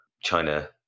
China